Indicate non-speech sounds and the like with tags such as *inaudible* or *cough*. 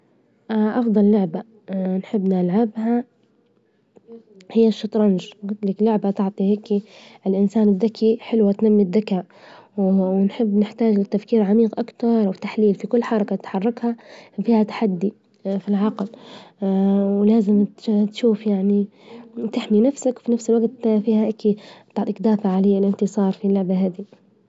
*hesitation* أفظل لعبة *hesitation* نحب نلعبها، هي الشطرنج جلت لك لعبة تعطي هيكي الإنسان الذكي حلوة تنمي الذكاء، و *hesitation* ونحب نحتاج للتفكير العميج أكتااار وفيها تحليل في كل حركة تتحركها، فيها تحدي *hesitation* في العقل، *hesitation* ولازم تت- تشوف يعني تحمي نفسك وفي نفس الوجت تعطيك دافع في الانتصار في اللعبة هذي.